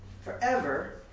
forever